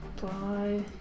Bye